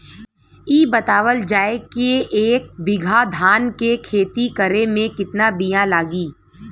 इ बतावल जाए के एक बिघा धान के खेती करेमे कितना बिया लागि?